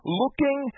looking